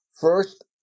first